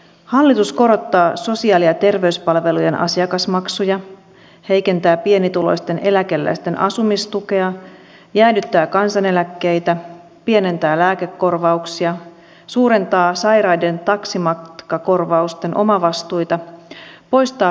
hallitus korottaa sosiaali ja terveyspalvelujen asiakasmaksuja heikentää pienituloisten eläkeläisten asumistukea jäädyttää kansaneläkkeitä pienentää lääkekorvauksia suurentaa sairaiden henkilöiden taksimatkakorvausten omavastuita poistaa ruokavaliokorvauksen